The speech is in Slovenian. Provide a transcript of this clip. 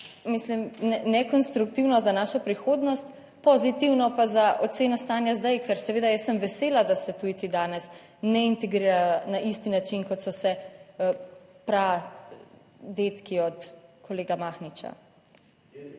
mislim, nekonstruktivno za našo prihodnost, pozitivno pa za oceno stanja zdaj, ker seveda, jaz sem vesela, da se tujci danes ne integrirajo na isti način, kot so se pradedki od kolega Mahniča…